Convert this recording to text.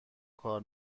کار